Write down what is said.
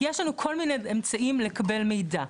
יש לנו כל מיני אמצעים לקבל מידע.